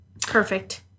Perfect